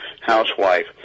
housewife